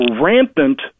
rampant